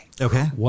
okay